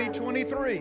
2023